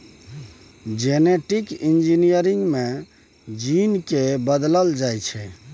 genetic engineering मे gene केँ बदलल जाइ छै